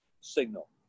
signal